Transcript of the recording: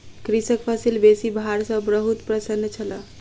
कृषक फसिल बेसी भार सॅ बहुत प्रसन्न छल